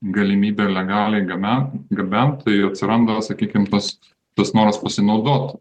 galimybė legaliai gabe gabent tai atsiranda sakykim tas tas noras pasinaudot